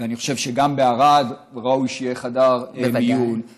ואני חושב שגם בערד ראוי שיהיה חדר מיון בוודאי.